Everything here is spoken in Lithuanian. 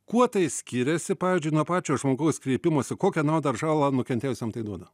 kuo tai skiriasi pavyzdžiui nuo pačio žmogaus kreipimosi kokią naudą ar žalą nukentėjusiam tai duoda